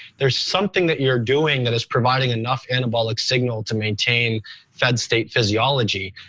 there's something that you're doing that is providing enough anabolic signal to maintain fed state physiology.